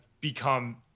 become